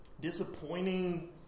disappointing